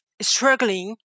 struggling